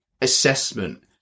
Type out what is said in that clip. assessment